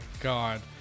God